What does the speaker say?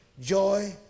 joy